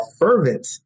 fervent